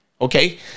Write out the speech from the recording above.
Okay